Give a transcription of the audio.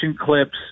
clips